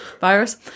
virus